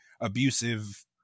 abusive